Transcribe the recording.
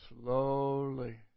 slowly